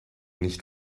nicht